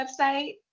website